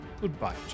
Goodbye